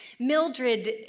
Mildred